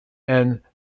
and